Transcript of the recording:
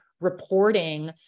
reporting